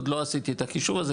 אני לא עשיתי את החישוב הזה,